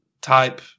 type